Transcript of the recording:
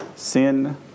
Sin